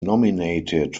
nominated